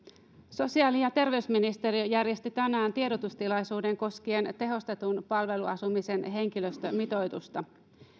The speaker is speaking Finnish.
sosiaali ja terveysministeriö järjesti tänään tiedotustilaisuuden koskien tehostetun palveluasumisen henkilöstömitoitusta